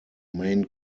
main